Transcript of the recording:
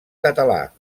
català